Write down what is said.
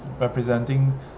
representing